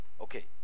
Okay